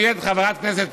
אני רואה את חברת הכנסת